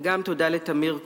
וגם תודה לטמיר כהן,